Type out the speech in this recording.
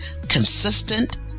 consistent